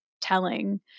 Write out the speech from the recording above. telling